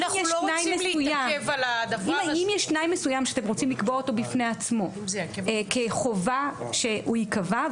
אם יש תנאי מסוים שאתם רוצים לקבוע אותו בפני עצמו כחובה שהוא ייקבע,